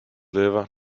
lever